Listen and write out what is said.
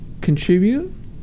contribute